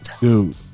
dude